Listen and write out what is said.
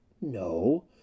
No